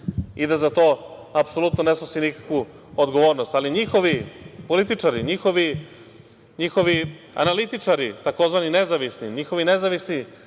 i da za to apsolutno ne snosi nikakvu odgovornost, ali njihovi političari, njihovi analitičari, takozvani, nezavisni, njihovi nezavisni